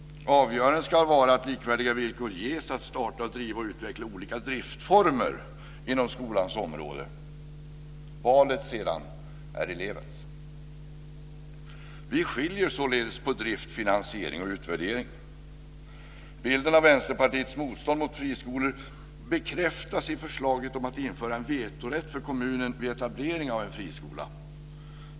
Avgörande ska vara att likvärdiga villkor ges att starta, driva och utveckla olika driftformer inom skolans område. Valet är elevens. Vi skiljer således på drift, finansiering och utvärdering. Bilden av Vänsterpartiets motstånd mot friskolor bekräftas i förslaget att införa en vetorätt för kommunen vid etablering av en friskola.